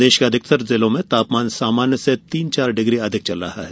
प्रदेश के अधिकतर जिलों में तापमान सामान्य से तीन से चार डिग्री अधिक चल रहा है